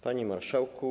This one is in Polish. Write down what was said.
Panie Marszałku!